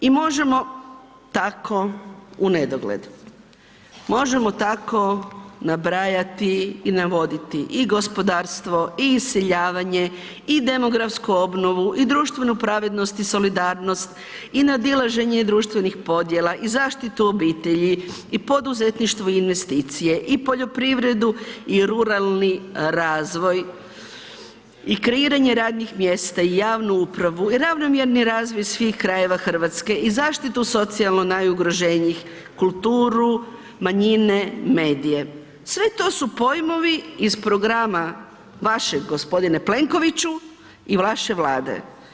I možemo tako u nedogled, možemo tako nabrajati i navoditi i gospodarstvo i iseljavanje i demografsku obnovu i društvenu pravednost i solidarnost i nadilaženje društvenih podjela i zaštitu obitelji i poduzetništvo i investicije i poljoprivredu i ruralni razvoj i kreiranje radnih mjesta i javnu upravu i ravnomjerni razvoj svih krajeva Hrvatske i zaštitu socijalno najugroženijih, kulturu, manjine, medije, sve su to pojmovi iz programa vašeg gospodine Plenkoviću i vaše Vlade.